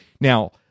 Now